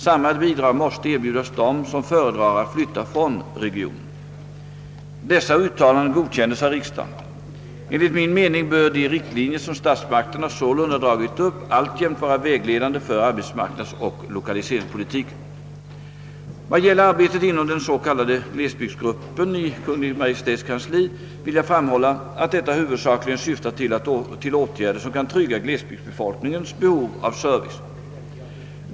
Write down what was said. Samma bidrag måste erbjudas dem som föredrar att flytta från regionen. Dessa uttalanden godkändes av riksdagen. Enligt min mening bör de riktlinjer som statsmakterna sålunda dragit upp alltjämt vara vägledande för arbetsmarknadsoch lokaliseringspolitiken. Vad gäller arbetet inom den s.k. glesbygdsgruppen i Kungl. Maj:ts kansli vill jag framhålla, att detta huvudsakligen syftar till åtgärder som kan trygga glesbygdsbefolkningens behov av service.